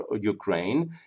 Ukraine